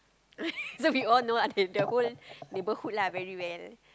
so we all know the whole neighbourhood lah very well